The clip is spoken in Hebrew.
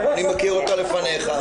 אני מכיר אותה לפניך.